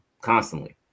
constantly